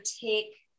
take